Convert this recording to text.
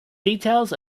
details